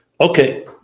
Okay